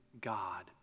God